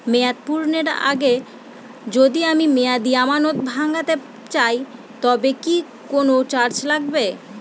মেয়াদ পূর্ণের আগে যদি আমি মেয়াদি আমানত ভাঙাতে চাই তবে কি কোন চার্জ লাগবে?